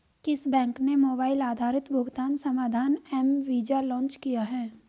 किस बैंक ने मोबाइल आधारित भुगतान समाधान एम वीज़ा लॉन्च किया है?